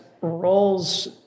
roles